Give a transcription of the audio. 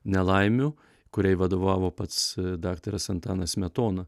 nelaimių kuriai vadovavo pats daktaras antanas smetona